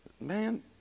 Man